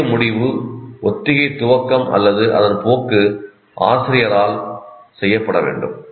முக்கிய முடிவு ஒத்திகை துவக்கம் மற்றும் அதன் போக்கு ஆசிரியரால் செய்யப்பட வேண்டும்